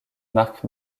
mark